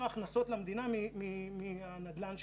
הכנסות למדינה מהנדל"ן שלה.